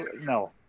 no